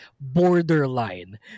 borderline